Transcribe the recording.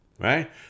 Right